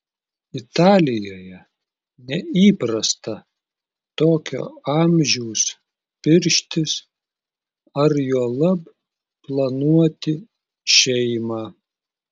italijoje neįprasta tokio amžiaus pirštis ar juolab planuoti šeimą